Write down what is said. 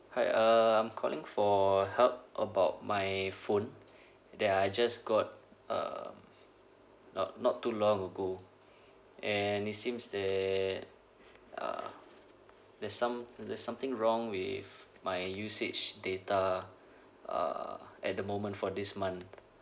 hi uh I'm calling for help about my phone that I just got um not not too long ago and it seems that uh there's some there's something wrong with my usage data uh at the moment for this month